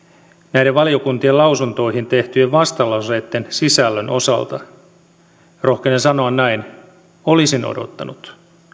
näiden valiokuntien lausuntoihin tehtyjen vastalauseitten sisällön osalta rohkenen sanoa näin olisin odottanut